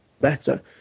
better